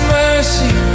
mercy